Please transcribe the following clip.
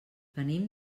venim